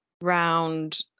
round